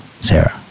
Sarah